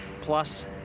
plus